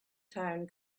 town